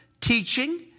teaching